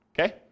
Okay